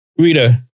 Rita